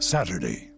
Saturday